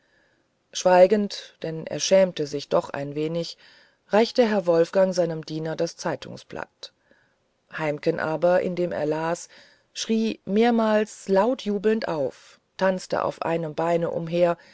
schweigend denn er schämte sich doch ein wenig reichte herr wolfgang seinem diener das zeitungsblatt heimken aber indem er las schrie mehrmals laut jubelnd auf tanzte auf einem beine umher